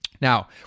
Now